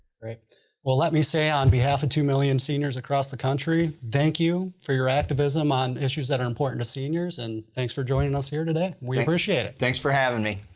great well let me say on behalf of two million seniors across the country, thank you for your activism on issues that are important to seniors and thanks for joining us here today, we appreciate it. thanks for having me.